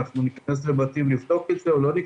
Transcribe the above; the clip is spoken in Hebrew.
האם ניכנס לבתים לבדוק או לא.